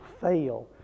fail